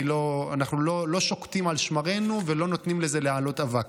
אנחנו לא שוקטים על שמרינו ולא נותנים לזה להעלות אבק.